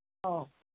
ꯑꯧ